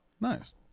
Nice